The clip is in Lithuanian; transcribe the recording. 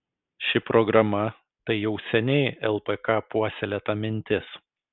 ši programa tai jau seniai lpk puoselėta mintis